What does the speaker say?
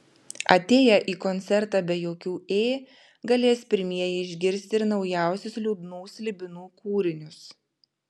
atėję į koncertą be jokių ė galės pirmieji išgirsti ir naujausius liūdnų slibinų kūrinius